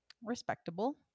respectable